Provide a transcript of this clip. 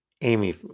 Amy